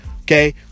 okay